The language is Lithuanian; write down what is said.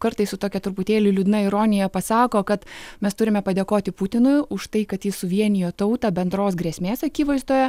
jie kaip kartais su tokia truputėlį liūdna ironija pasako kad mes turime padėkoti putinui už tai kad jis suvienijo tautą bendros grėsmės akivaizdoje